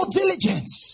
diligence